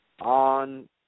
on